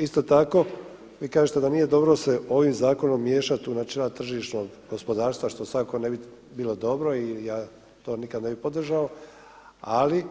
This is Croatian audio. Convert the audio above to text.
Isto tako vi kažete da se nije dobro ovim zakonom miješati u načela tržišnog gospodarstva što svakako ne bi bilo dobro i ja to nikada ne bi podržao, ali